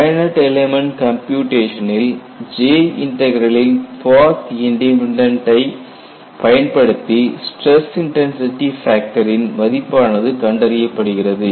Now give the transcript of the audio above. finite element கம்ப்யூட்டேஷனில் J இன்டக்ரலின் path independent டை பயன்படுத்தி ஸ்டிரஸ் இன்டன்சிடி ஃபேக்டரின் மதிப்பானது கண்டறியப்படுகிறது